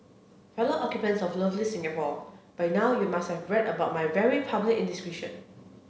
fellow occupants of lovely Singapore by now you must have read about my very public indiscretion